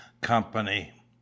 company